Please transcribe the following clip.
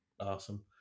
Awesome